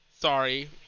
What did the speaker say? Sorry